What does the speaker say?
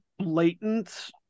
blatant